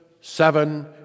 Seven